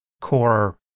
core